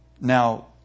Now